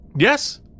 Yes